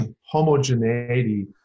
homogeneity